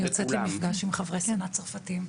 אני יוצאת למפגש עם חברי סנאט צרפתיים.